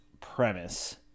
premise